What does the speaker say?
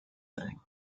thing